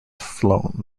flown